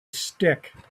stick